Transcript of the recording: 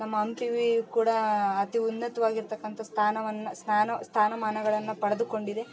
ನಮ್ಮ ಕೂಡ ಅತಿ ಉನ್ನತ್ವಾಗಿರ್ತಕ್ಕಂಥ ಸ್ಥಾನವನ್ನ ಸ್ನಾನ ಸ್ಥಾನ ಮಾನಗಳನ್ನ ಪಡೆದುಕೊಂಡಿದೆ